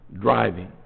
driving